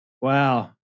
wow